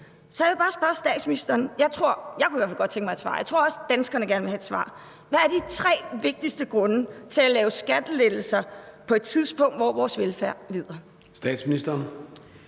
tænke mig et svar, og jeg tror også, danskerne gerne vil have et svar: Hvad er de tre vigtigste grunde til at lave skattelettelser på et tidspunkt, hvor vores velfærd lider?